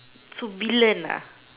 two billion lah